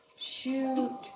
Shoot